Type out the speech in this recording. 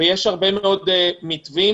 יש הרבה מאוד מתווים.